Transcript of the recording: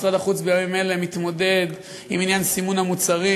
משרד החוץ בימים אלה מתמודד עם עניין סימון המוצרים,